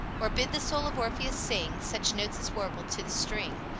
or bid the soul of orpheus sing such notes as warbled to the string,